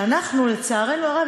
הוא באמת שאנחנו לצערנו הרב,